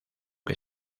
que